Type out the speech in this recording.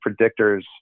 predictors